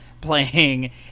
playing